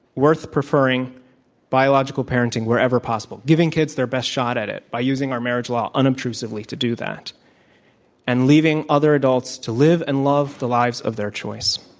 worth preferring biological parenting wherever possible, giving kids their best sh ah ot at it by using our marriage law unobtrusively to do that and leaving other adults to live and love the lives of their choice.